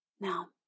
Now